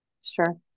Sure